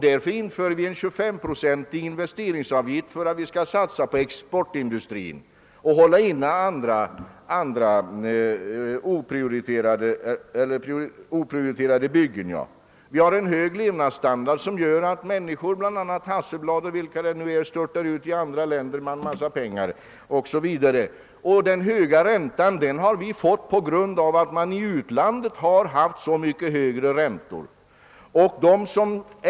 Därför infördes en 25 procentig investeringsavgift för att det skall bli en satsning på exportindustrin samtidigt som andra, oprioriterade byggen får vänta i stället. Vidare har vi en hög levnadsstandard som gör att människor, Hasselblad och andra, störtar i väg till andra länder med en mängd pengar o.s. v. Och den höga räntan har vi fått därför att andra länders räntor varit så mycket högre.